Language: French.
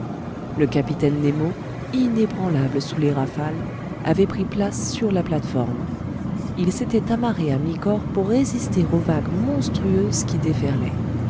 le capitaine nemo inébranlable sous les rafales avait pris place sur la plate-forme il s'était amarré à mi-corps pour résister aux vagues monstrueuses qui